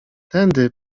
tędy